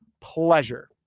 pleasure